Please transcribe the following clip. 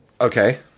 Okay